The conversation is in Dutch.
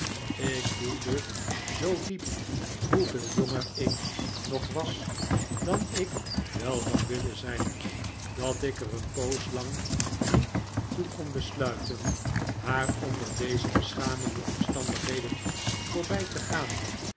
ik voelde zoo diep hoeveel jonger ik nog was dan ik wel had willen zijn dat ik er een poos lang niet toe kon besluiten haar onder deze beschamende omstandigheden voorbij te gaan